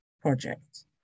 project